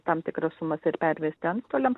tam tikras sumas ir pervesti antstoliam